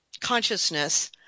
consciousness